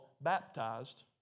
baptized